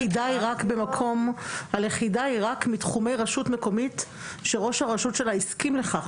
רק מתחומי רשות מקומית שראש הרשות שלה הסכים לכך.